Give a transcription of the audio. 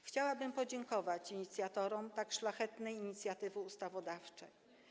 Chciałabym podziękować inicjatorom tak szlachetnej inicjatywy ustawodawczej.